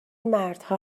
مردها